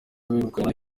wegukanywe